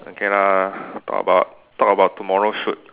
okay lah talk about talk about tomorrow shoot